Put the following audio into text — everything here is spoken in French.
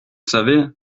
savez